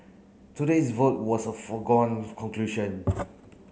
today's vote was a foregone conclusion